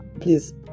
please